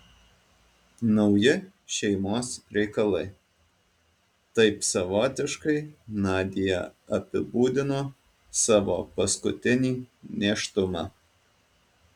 nauji šeimos reikalai taip savotiškai nadia apibūdino savo paskutinį nėštumą